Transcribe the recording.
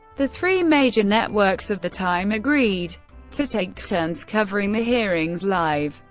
the three major networks of the time agreed to take turns covering the hearings live,